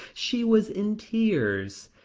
she was in tears.